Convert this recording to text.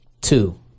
two